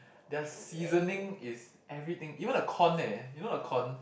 their seasoning is everything even the corn leh you know the corn